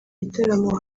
gitaramo